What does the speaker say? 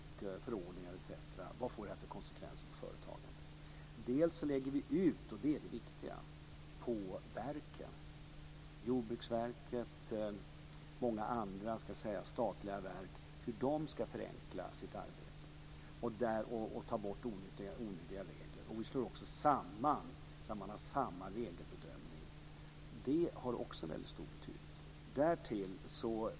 Man tar reda på vilka konsekvenser de får för företagen. Vi går också ut till verken - Jordbruksverket och många andra statliga verk - och talar om hur de ska förenkla sitt arbete och ta bort onödiga regler. Vi gör också sammanslagningar så att man har samma regelbedömning. Det har också väldigt stor betydelse.